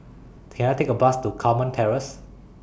Can I Take A Bus to Carmen Terrace